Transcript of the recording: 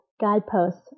guideposts